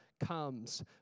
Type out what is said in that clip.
comes